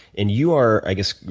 and you are, i guess,